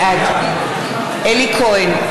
בעד אלי כהן,